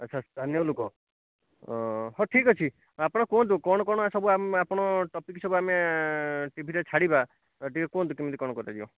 ଆଚ୍ଛା ସ୍ଥାନୀୟ ଲୋକ ହେଉ ଠିକ୍ ଅଛି ଆପଣ କୁହନ୍ତୁ କ'ଣ କ'ଣ ଏସବୁ ଆପଣ ଟପିକ୍ ସବୁ ଆମେ ଟିଭିରେ ଛାଡ଼ିବା ଟିକିଏ କୁହନ୍ତୁ କେମିତି କ'ଣ କରାଯିବ